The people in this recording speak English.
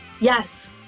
Yes